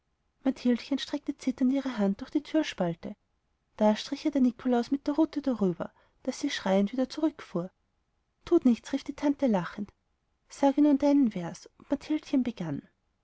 streckte zitternd ihre hand durch die türspalte da strich ihr der nikolaus mit der rute darüber daß sie schreiend wieder zurückfuhr tut nichts rief die tante lachend sage nun deinen vers und mathildchen begann